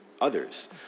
others